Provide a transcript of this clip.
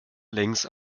längs